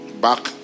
back